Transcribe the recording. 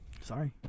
sorry